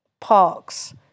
Parks